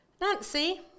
Nancy